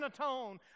atone